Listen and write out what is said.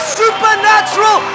supernatural